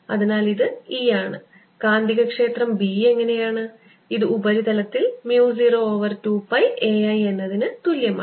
അതിനാൽ ഇത് E ആണ് കാന്തികക്ഷേത്രം B എങ്ങനെയാണ് ഇത് ഉപരിതലത്തിൽ mu 0 over 2 pi a I എന്നതിന് തുല്യമാണ്